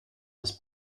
ist